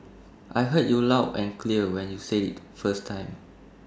I heard you loud and clear when you said IT the first time